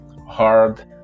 hard